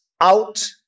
out